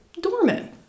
Dormant